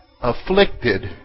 afflicted